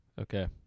Okay